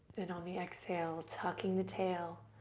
then on the exhale, tucking the tail,